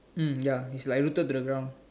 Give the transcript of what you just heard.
mm ya it's like rooted to the ground